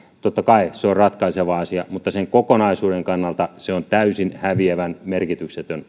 totta kai ratkaiseva asia mutta kokonaisuuden kannalta se on täysin häviävän merkityksetön